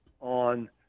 on